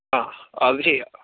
ആ അത് ചെയ്യാം